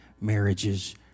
marriages